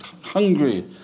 hungry